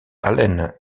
allen